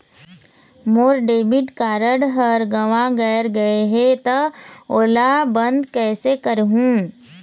मोर debit card हर गंवा गैर गए हे त ओला बंद कइसे करहूं?